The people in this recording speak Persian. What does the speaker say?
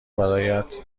برایت